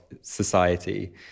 society